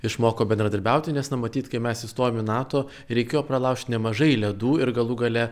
išmoko bendradarbiauti nes nu matyt kai mes įstojom į nato reikėjo pralaužt nemažai ledų ir galų gale